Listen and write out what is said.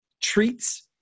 treats